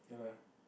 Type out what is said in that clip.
ya lah